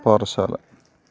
Parassala